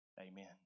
amen